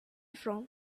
from